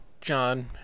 John